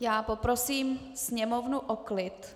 Já poprosím sněmovnu o klid.